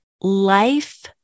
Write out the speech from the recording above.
life